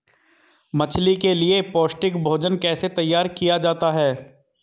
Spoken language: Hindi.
मछली के लिए पौष्टिक भोजन कैसे तैयार किया जाता है?